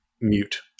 mute